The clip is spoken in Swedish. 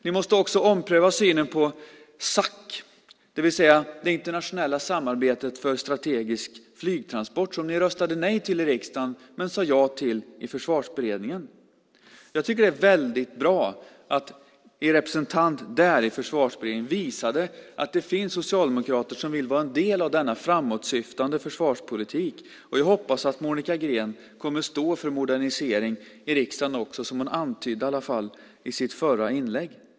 Vi måste också ompröva synen på SAC, det vill säga det internationella samarbetet för strategisk flygtransport, som ni röstade nej till i riksdagen men sade ja till i Försvarsberedningen. Jag tycker att det är väldigt bra att er representant i Försvarsberedningen visade att det finns socialdemokrater som vill vara en del av denna framåtsyftande försvarspolitik, och jag hoppas att Monica Green kommer att stå för modernisering också i riksdagen, som hon i alla fall antydde i sitt förra inlägg.